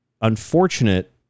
unfortunate